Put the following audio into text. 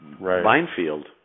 minefield